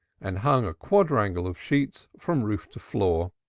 and hung a quadrangle of sheets from roof to floor